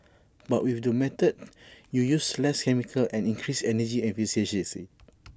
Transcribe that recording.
but with this method you use less chemicals and increase energy efficiency